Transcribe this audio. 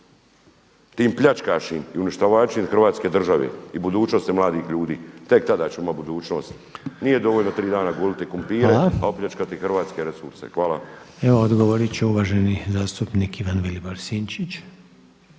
tim pljačkašim i uništavačima Hrvatske države i budućnosti mladih ljudi. Tek tada će imati budućnost. Nije dovoljno tri dana guliti krumpire, opljačkati hrvatske resurse. Hvala.